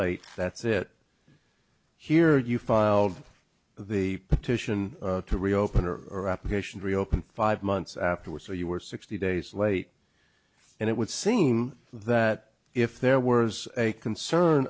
late that's it here you filed the petition to reopen or application reopen five months afterward so you were sixty days late and it would seem that if there were a concern